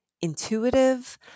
Intuitive